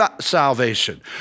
salvation